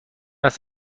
است